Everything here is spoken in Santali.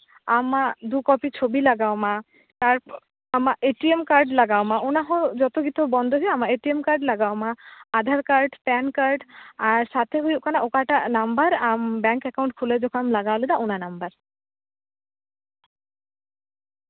ᱟᱢᱟᱜ ᱫᱩ ᱠᱚᱯᱤ ᱪᱷᱮᱵᱚ ᱞᱟᱜᱟᱣᱟᱢᱟ ᱟᱨ ᱟᱢᱟᱜ ᱮᱴᱤᱭᱮᱢ ᱠᱟᱨᱰ ᱞᱟᱜᱟᱣᱟᱢᱟ ᱚᱱᱟ ᱦᱚᱸ ᱡᱚᱛᱚ ᱜᱮᱛᱚ ᱵᱚᱱᱫᱚ ᱦᱩᱭᱩᱜᱼᱟ ᱟᱢᱟᱜ ᱮᱴᱤᱭᱮᱢ ᱠᱟᱨᱰ ᱞᱟᱜᱟᱣᱟᱢᱟ ᱟᱨ ᱟᱫᱷᱟᱨ ᱠᱟᱨᱰ ᱯᱮᱱ ᱠᱟᱨᱰ ᱟᱨ ᱥᱟᱛᱷᱮ ᱦᱩᱭᱩᱜ ᱠᱟᱱᱟ ᱚᱠᱟᱴᱟᱜ ᱱᱟᱢᱵᱟᱨ ᱟᱢ ᱵᱮᱝᱠ ᱮᱠᱟᱣᱩᱱᱴ ᱠᱷᱩᱞᱟᱹᱣ ᱡᱚᱠᱷᱚᱡ ᱮᱢ ᱞᱟᱜᱟᱣ ᱞᱮᱫᱟ ᱚᱱᱟ ᱱᱟᱢᱵᱟᱨ